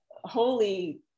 holy